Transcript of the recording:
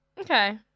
Okay